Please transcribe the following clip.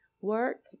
work